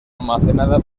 almacenada